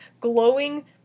glowing